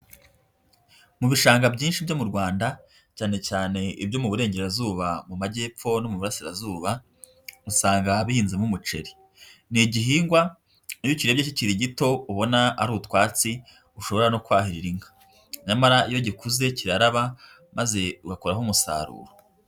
Mu bishanga byinshi byo mu Rwanda, cyane cyane ibyo mu burengerazuba, mu majyepfo no murasirazuba, usanga bihinzemo umuceri. Ni igihingwa iyo ukirebye kikiri gito ubona ari utwatsi ushobora no kwahira inka, nyamara iyo gikuze kiraraba maze ugakuraho umusaruro.